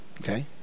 okay